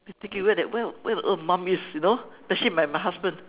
thinking where did where on earth mom is you know especially my my husband